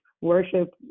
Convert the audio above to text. worship